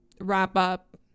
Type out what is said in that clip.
wrap-up